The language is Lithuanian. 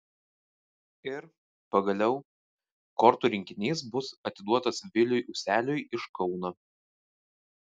ir pagaliau kortų rinkinys bus atiduotas viliui useliui iš kauno